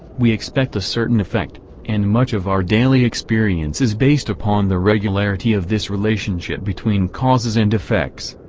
we expect a certain effect and much of our daily experience is based upon the regularity of this relationship between causes and effects.